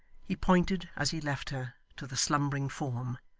he pointed, as he left her, to the slumbering form,